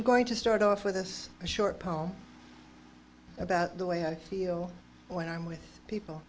going to start off with us a short poem about the way i feel when i'm with people